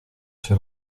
się